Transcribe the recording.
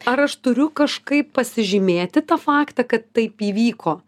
ar aš turiu kažkaip pasižymėti tą faktą kad taip įvyko